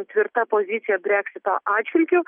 tvirta pozicija breksito atžvilgiu